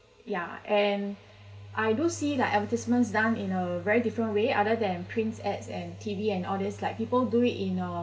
ya and I do see advertisements done in a very different way other than print ads and T_V and all these like people do it in uh